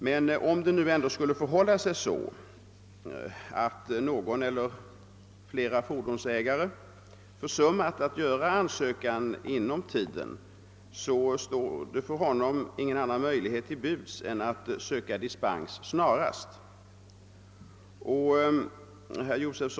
Men om det nu ändå skulle förhålla sig så, att några fordonsägare försummat att göra ansökan inom ifrågavarande tid, står det ingen annan möjlighet till buds för vederbörande än att snarast söka dispens.